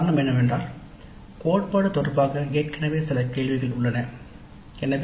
காரணம் என்னவென்றால் கோட்பாடு தொடர்பாக ஏற்கனவே சில கேள்விகள் உள்ளன எனவே